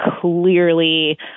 clearly